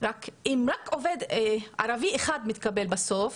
אבל אם רק עובד ערבי אחד מתקבל בסוף,